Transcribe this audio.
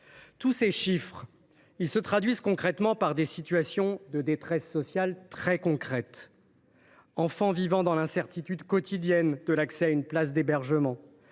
Tous ces chiffres se traduisent concrètement par des situations de détresse sociale très concrètes : enfants vivant dans l’incertitude quotidienne de l’accès à une place d’hébergement,